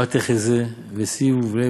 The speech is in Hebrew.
בן חמישים לעצה, בן שישים לזיקנה, בן שבעים לשיבה,